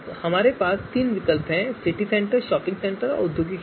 हमारे पास तीन विकल्प हैं सिटी सेंटर शॉपिंग सेंटर और औद्योगिक क्षेत्र